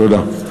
תודה.